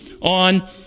on